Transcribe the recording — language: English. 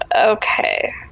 Okay